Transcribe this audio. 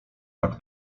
tak